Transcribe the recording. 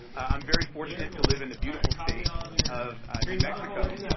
i'm very fortunate to live in a beautiful state of new mexico,